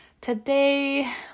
today